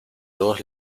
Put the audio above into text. dos